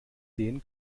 sehen